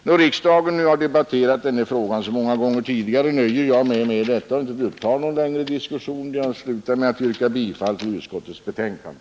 Då riksdagen har debatterat denna fråga så många gånger tidigare nöjer jag mig med detta. Jag ber att få yrka bifall till skatteutskottets betänkande.